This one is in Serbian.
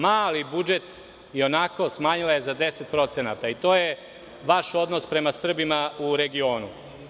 Mali budžet je i onako smanjila za 10%, i to je vaš odnos prema Srbima u regionu.